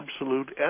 absolute